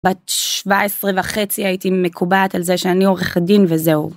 בת שבע עשרה וחצי הייתי מקובעת על זה שאני עורכת דין וזהו.